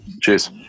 Cheers